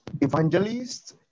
evangelists